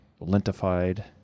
lintified